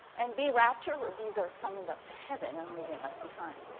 and bee ratcher, where bees are summoned up to heaven and leaving us behind.